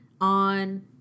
on